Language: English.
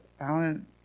Alan